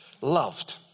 Loved